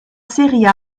série